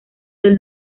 del